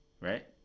right